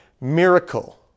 miracle